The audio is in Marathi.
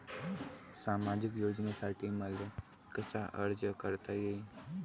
सामाजिक योजनेसाठी मले कसा अर्ज करता येईन?